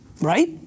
right